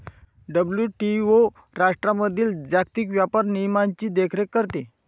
WTO राष्ट्रांमधील जागतिक व्यापार नियमांची देखरेख करते